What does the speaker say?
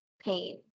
pain